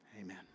Amen